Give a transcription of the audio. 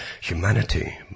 humanity